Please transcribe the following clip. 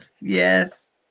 yes